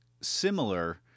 similar